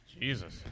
Jesus